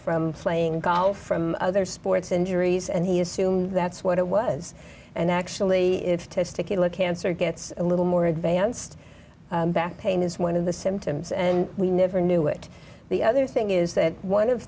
from playing golf from other sports injuries and he assumed that's what it was and actually testicular cancer gets a little more advanced back pain is one of the symptoms and we never knew it the other thing is that one of